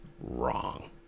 wrong